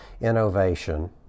innovation